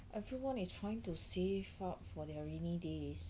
everyone is trying to save up for their rainy days